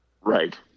Right